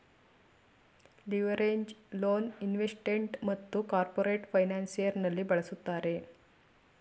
leveraged loan investment ಮತ್ತು corporate financial ನಲ್ಲಿ ಬಳಸುತ್ತಾರೆ